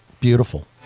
Beautiful